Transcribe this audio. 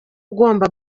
ugomba